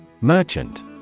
Merchant